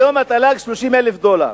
היום התל"ג 30,000 דולר,